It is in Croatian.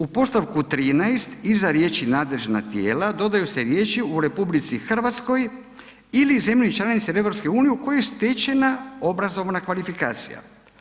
U podstavku 13., iza riječi nadležna tijela, dodaju se riječi u RH ili zemlji članici EU u kojoj je stečena obrazovna kvalifikacija.